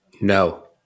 No